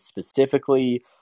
specifically